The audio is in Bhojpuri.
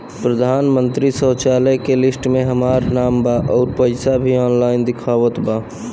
प्रधानमंत्री शौचालय के लिस्ट में हमार नाम बा अउर पैसा भी ऑनलाइन दिखावत बा